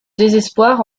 désespoir